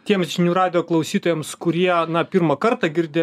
tiems žinių radijo klausytojams kurie na pirmą kartą girdi